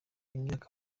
imyaka